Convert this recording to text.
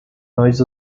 nós